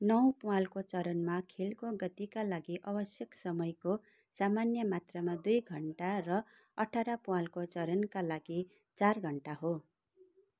नौ प्वालको चरणमा खेलको गतिका लागि अवश्यक समयको सामान्य मात्रामा दुई घन्टा र अठार प्वालको चरणका लागि चार घन्टा हो